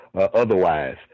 otherwise